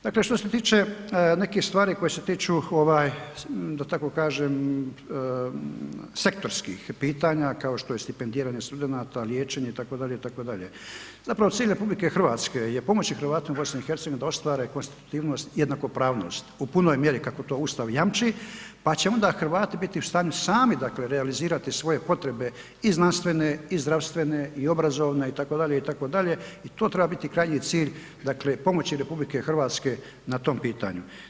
Dakle što se tiče nekih stvari koje se tiču da tako kažem sektorskih pitanja kao što je stipendiranje studenata, liječenje itd., itd., zapravo cilj RH je pomoći Hrvatima u BiH da ostvare konstitutivnost i jednakopravnost u punoj mjeri kako to Ustav jamči pa će onda Hrvati biti u stanju sami realizirati svoje potrebe i znanstvene i zdravstvene i obrazovne itd., itd. i to treba biti krajnji cilj dakle pomoći RH na tom pitanju.